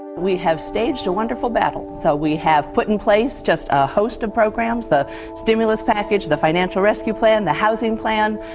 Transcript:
we have staged a wonderful battle, so we have put in place just a host of programs, the stimulus package, the financial rescue plan, the housing plan,